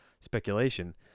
speculation